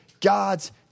god's